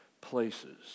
places